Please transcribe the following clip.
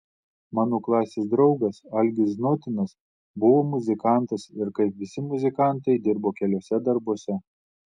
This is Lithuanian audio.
mano klasės draugas algis znotinas buvo muzikantas ir kaip visi muzikantai dirbo keliuose darbuose